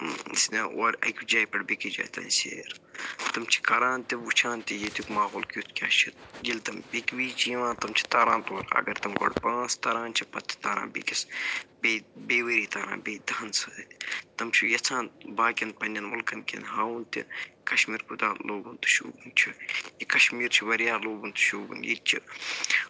اور أکِس جایہِ پٮ۪ٹھ بیٚکِس جایہِ تام سیر تِم چھِ کران تہِ وٕچھان تہِ یٔتیُک ماحول کیُتھ کیٛاہ چھِ ییٚلہِ تِم اَکہِ وِزِ چھِ یِوان تِم چھِ تران تور اگر تِم گۄڈٕ پانٛژھ تران چھِ پتہٕ چھِ تران بیٚکِس بیٚیہِ بیٚیہِ ؤری تاران بیٚیہِ دَہَن سۭتۍ تِم چھِ یژھان باقِیَن پَنٛنٮ۪ن مُلکَن کٮ۪ن ہاوُن تہِ کَشمیٖر کوٗتاہ لوٗبوُن تہٕ شوٗبوُن چھِ کَمشیٖر چھِ واریاہ لوٗبوُن تہٕ شوٗبوُن ییٚتہِ چھِ